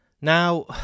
Now